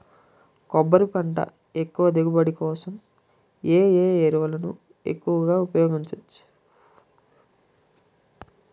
కొబ్బరి పంట ఎక్కువ దిగుబడి కోసం ఏ ఏ ఎరువులను ఉపయోగించచ్చు?